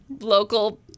local